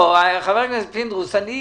חבר הכנסת פינדרוס, תן לו לדבר.